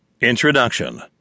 INTRODUCTION